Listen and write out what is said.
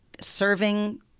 serving